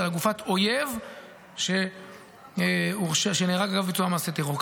אלא גופת אויב שנהרג אגב ביצוע מעשה טרור.